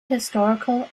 historical